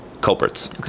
culprits